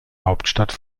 hauptstadt